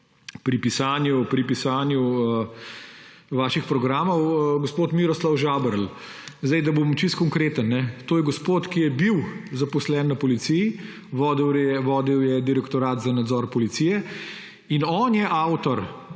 pri pisanju vaših programov, gospod Miroslav Žaberl. Da bom čisto konkreten. To je gospod, ki je bil zaposlen na Policiji, vodil je direktorat za nadzor policije in on je avtor